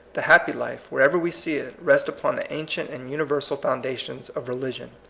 the happy life, wher ever we see it, rests upon the ancient and universal foundations of religion.